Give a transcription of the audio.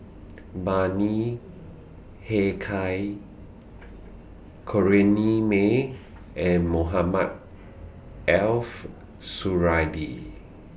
Bani Haykal Corrinne May and Mohamed elf Suradi